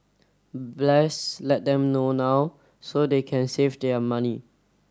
let them know now so they can save their money